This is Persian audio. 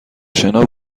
شنا